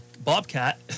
Bobcat